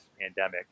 pandemic